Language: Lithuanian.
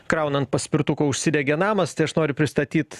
kraunant paspirtuką užsidegė namas tai aš noriu pristatyt